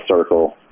circle